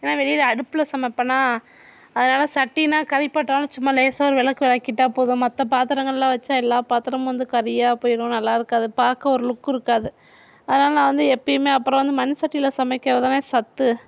ஏன்னா வெளியில் அடுப்பில் சமைப்பேனா அதனால சட்டினா கரிப்பட்டாலும் சும்மா லேசாக ஒரு விளக்கு விளக்கிட்டா போதும் மற்ற பாத்தரங்களில் வைச்சா எல்லா பாத்திரமும் வந்து கரியாக போயிடும் நல்லாயிருக்காது பார்க்க ஒரு லுக் இருக்காது அதனால நான் வந்து எப்பயுமே அப்புறம் வந்து மண் சட்டியில் சமைக்கிறதுதானே சத்து